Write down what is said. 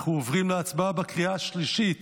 אנחנו עוברים להצבעה בקריאה השלישית